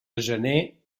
gener